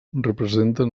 representen